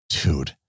Dude